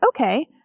okay